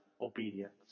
obedience